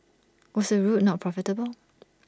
was the route not profitable